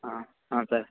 ಹಾಂ ಹಾಂ ಸರ್